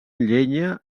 llenya